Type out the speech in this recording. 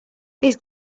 his